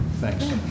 Thanks